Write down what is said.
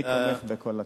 אני תומך בכל הצעה.